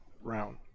round